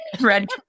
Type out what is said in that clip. red